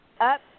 up